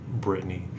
Britney